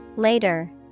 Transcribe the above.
Later